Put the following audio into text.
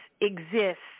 exists